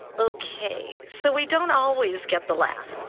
okay, so we don't always get the laugh.